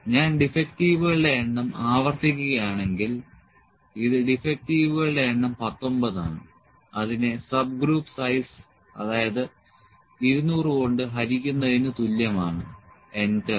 ഞാൻ ഡിഫെക്ടിവുകളുടെ എണ്ണം ആവർത്തിക്കുകയാണെങ്കിൽ ഇത് ഡിഫെക്ടിവുകളുടെ എണ്ണം 19 ആണ് അതിനെ സബ്ഗ്രൂപ്പ് സൈസ് അതായത് 200 കൊണ്ട് ഹരിക്കുന്നതിന് തുല്യമാണ് എന്റർ